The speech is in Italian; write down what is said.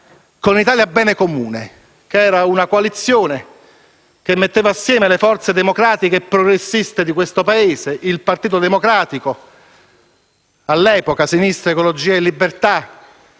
con "Italia. Bene Comune", una coalizione che metteva assieme le forze democratiche e progressiste del Paese: il Partito Democratico e all'epoca Sinistra Ecologia e Libertà.